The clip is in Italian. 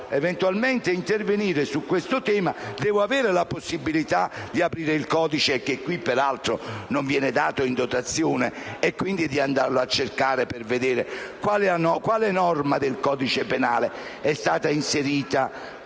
o eventualmente intervenire su questo tema, devo avere la possibilità di aprire il codice - che qui peraltro non viene dato in dotazione - e andare a cercarlo, per vedere a quale norma del codice penale non menzionata